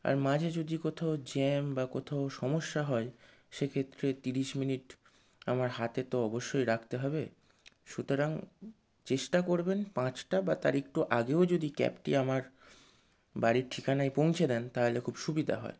আর মাঝে যদি কোথাও জ্যাম বা কোথাও সমস্যা হয় সেক্ষেত্রে তিরিশ মিনিট আমার হাতে তো অবশ্যই রাখতে হবে সুতরাং চেষ্টা করবেন পাঁচটা বা তার একটু আগেও যদি ক্যাবটি আমার বাড়ির ঠিকানায় পৌঁছে দেন তাহলে খুব সুবিধা হয়